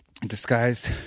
disguised